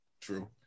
True